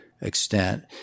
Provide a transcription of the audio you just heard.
extent